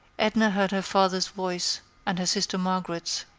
edna heard her father's voice and her sister margaret's.